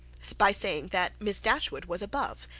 by saying that miss dashwood was above,